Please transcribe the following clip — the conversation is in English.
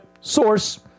source